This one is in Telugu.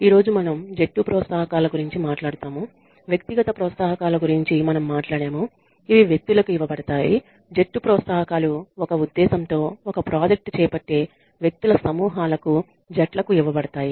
ఈ రోజు మనం జట్టు ప్రోత్సాహకాల గురించి మాట్లాడుతాము వ్యక్తిగత ప్రోత్సాహకాల గురించి మనం మాట్లాడాము ఇవి వ్యక్తులకు ఇవ్వబడతాయి జట్టు ప్రోత్సాహకాలు ఒక ఉద్దేశ్యంతో ఒక ప్రాజెక్ట్ చేపట్టే వ్యక్తుల సమూహాలకు జట్లకు ఇవ్వబడతాయి